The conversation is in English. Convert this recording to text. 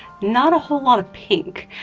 not a whole lot of pink.